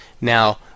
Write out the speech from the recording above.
Now